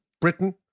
Britain